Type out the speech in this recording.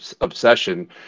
obsession